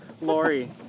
Lori